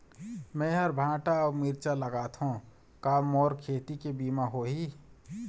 मेहर भांटा अऊ मिरचा लगाथो का मोर खेती के बीमा होही?